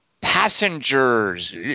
Passengers